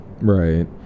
Right